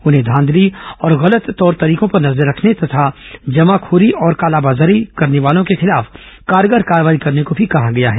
उन्हें घांधली और गलत तौर तरीकों पर नजर रखने तथा जमाखोरी और कालाबाजारी करने वालों के खिलाफ कारगर कार्रवाई करने को भी कहा गया है